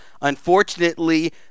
Unfortunately